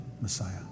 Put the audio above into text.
Messiah